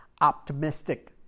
optimistic